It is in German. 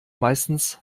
meistens